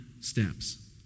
steps